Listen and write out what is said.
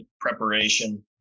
preparation